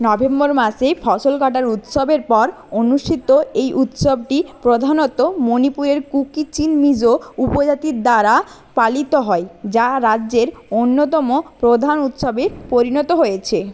November মাসে ফসল কাটার উৎসবের পর অনুষ্ঠিত এই উৎসবটি প্রধানত মণিপুরের কুকি চিন মিজো উপজাতির দ্বারা পালিত হয় যা রাজ্যের অন্যতম প্রধান উৎসবে পরিণত হয়েছে